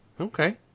Okay